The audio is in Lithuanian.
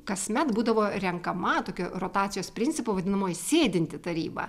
kasmet būdavo renkama tokia rotacijos principu vadinamoji sėdinti taryba